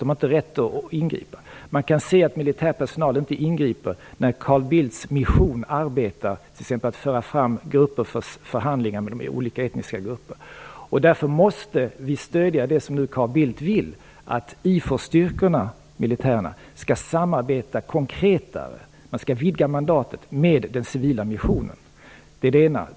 De har inte rätt att ingripa. Man kan se att militär personal inte ingriper när Carl Bildts mission arbetar, t.ex. med att föra fram grupper för förhandlingar mellan olika etniska grupper. Därför måste vi stödja det som Carl Bildt nu vill, dvs. att IFOR-styrkorna - militärerna - skall samarbeta mer konkret. Man skall vidga mandatet med den civila missionen. Det är det ena.